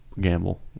gamble